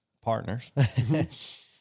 Partners